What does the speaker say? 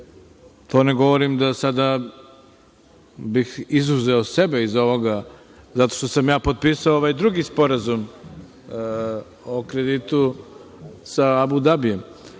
To ne govorim da sada bih izuzeo sebe iz ovoga zato što sam ja potpisao ovaj drugi sporazum o kreditu sa Abu Dabijem,